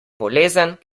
bolezen